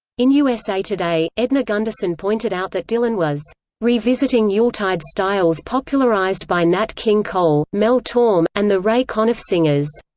in usa today, edna gundersen pointed out that dylan was revisiting yuletide styles popularized by nat king cole, mel torme, and the ray conniff singers.